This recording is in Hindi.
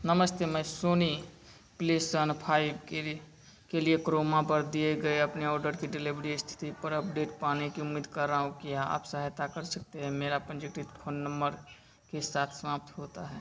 नमस्ते मैं सोनी प्लेस्टेशन फाइब के लिए के लिए क्रोमा पर दिए गए अपने ऑर्डर की डिलीवरी स्थिति पर अपडेट पाने की उम्मीद कर रहा हूँ क्या आप सहायता कर सकते हैं मेरा पंजीकृत फ़ोन नम्बर के साथ समाप्त होता है